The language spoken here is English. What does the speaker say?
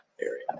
area